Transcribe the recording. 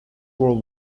world